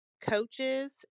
coaches